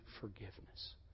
forgiveness